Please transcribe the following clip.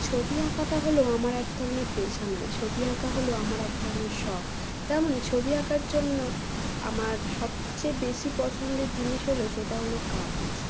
ছবি আঁকাটা হল আমার এক ধরনের পেশা নয় ছবি আঁকা হল আমার এক ধরনের শখ তেমনই ছবি আঁকার জন্য আমার সবচেয়ে বেশি পছন্দের জিনিস হল সেটা হল কাগজ